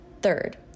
Third